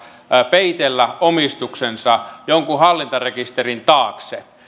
peitellä omistuksensa jonkun hallintarekisterin taakse